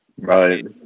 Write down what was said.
Right